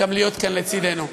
גם להיות כאן לצדנו.